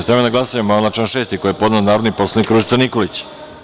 Stavljam na glasanje amandman na član 6. koji je podneo narodni poslanik Ružica Nikolić.